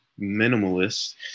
minimalist